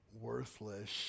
worthless